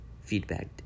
Feedback